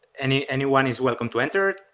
and yeah anyone is welcome to enter,